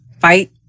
fight